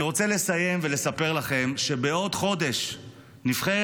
אני רוצה לסיים ולספר לכם שבעוד חודש נבחרת